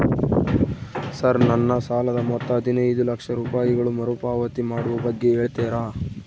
Sir ನನ್ನ ಸಾಲದ ಮೊತ್ತ ಹದಿನೈದು ಲಕ್ಷ ರೂಪಾಯಿಗಳು ಮರುಪಾವತಿ ಮಾಡುವ ಬಗ್ಗೆ ಹೇಳ್ತೇರಾ?